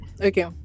okay